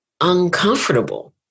uncomfortable